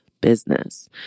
business